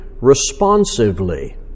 responsively